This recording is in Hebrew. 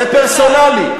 זה פרסונלי.